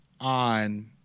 on